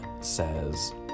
says